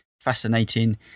fascinating